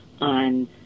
on